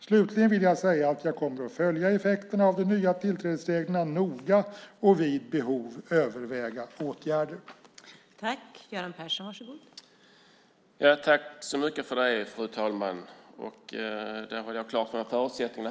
Slutligen vill jag säga att jag kommer att följa effekterna av de nya tillträdesreglerna noga och vid behov överväga åtgärder. Då Louise Malmström, som framställt interpellationen, anmält att hon var förhindrad att närvara vid sammanträdet medgav andre vice talmannen att Göran Persson i Simrishamn i stället fick delta i överläggningen.